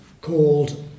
called